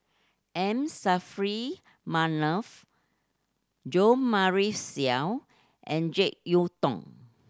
M Saffri Manaf Jo Marion Seow and Jek Yeun Thong